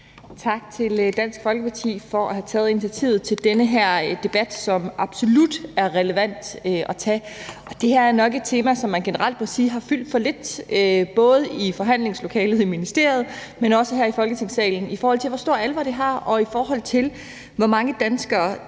Tak til Dansk Folkeparti for at have taget initiativ til den her debat, som absolut er relevant at tage. Det her er nok et tema, som man generelt må sige har fyldt for lidt, både i forhandlingslokalet i ministeriet, men også her i Folketingssalen, i forhold til hvor stor alvor det har, og i forhold til hvor mange danskere